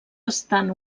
estan